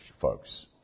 folks